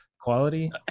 quality